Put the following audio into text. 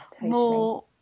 more